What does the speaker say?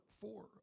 four